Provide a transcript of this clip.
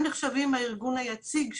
והם נחשבים הארגון היציג שלי.